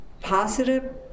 positive